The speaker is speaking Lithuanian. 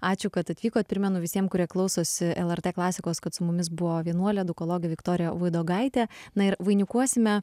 ačiū kad atvykot primenu visiem kurie klausosi lrt klasikos kad su mumis buvo vienuolė edukologė viktorija voidogaitė na ir vainikuosime